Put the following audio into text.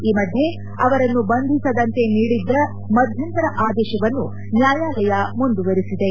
ಈ ಮಧ್ಯೆ ಅವರನ್ನು ಬಂಧಿಸದಂತೆ ನೀಡಿದ್ದ ಮಧ್ಯಂತರ ಆದೇಶವನ್ನು ನ್ಯಾಯಾಲಯ ಮುಂದುವರಿಸಿದೆ